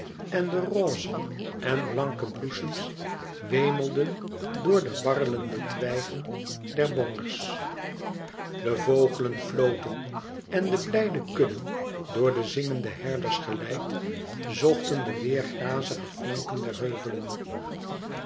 en de roze en blanke bloesems wemelden door de warrelende twijgen der bongerds de vogelen floten en de blijde kudden door de zingende herders geleid zochten de weêr grazige flanken der heuvelen